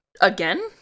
Again